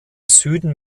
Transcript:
süden